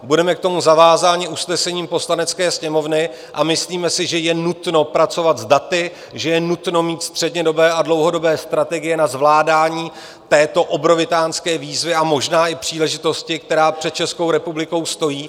Budeme k tomu zavázáni usnesením Poslanecké sněmovny a myslíme si, že je nutno pracovat s daty, že je nutno mít střednědobé a dlouhodobé strategie na zvládání této obrovitánské výzvy a možná i příležitosti, která před Českou republikou stojí.